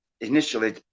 initially